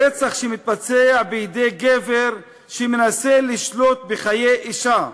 רצח שמתבצע בידי גבר שמנסה לשלוט בחיי אישה,